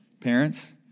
Parents